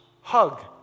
hug